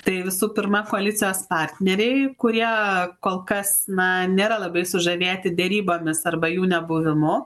tai visų pirma koalicijos partneriai kurie kol kas na nėra labai sužavėti derybomis arba jų nebuvimu